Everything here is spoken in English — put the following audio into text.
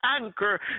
anchor